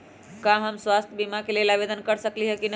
का हम स्वास्थ्य बीमा के लेल आवेदन कर सकली ह की न?